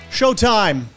showtime